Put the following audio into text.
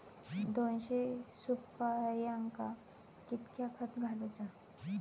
दोनशे सुपार्यांका कितक्या खत घालूचा?